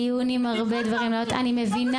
דיון עם הרבה ---.) שירלי,